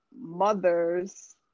mothers